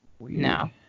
No